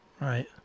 Right